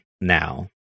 now